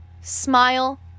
smile